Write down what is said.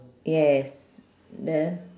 yes the